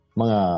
mga